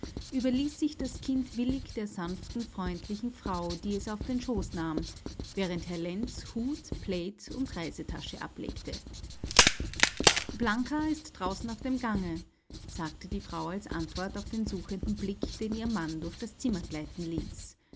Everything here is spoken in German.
überließ sich das kind willig der sanften freundlichen frau die es auf den schoß nahm während herr lenz hut plaid und reisetasche ablegte blanka ist draußen auf dem gange sagte die frau als antwort auf den suchenden blick den ihr mann durch das zimmer gleiten ließ